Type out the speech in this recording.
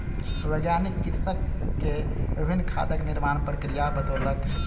वैज्ञानिक कृषक के विभिन्न खादक निर्माण प्रक्रिया बतौलक